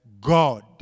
God